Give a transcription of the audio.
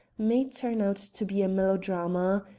may turn out to be a melodrama.